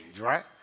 right